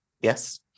Yes